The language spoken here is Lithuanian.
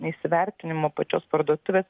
neįsivertinimo pačios parduotuvės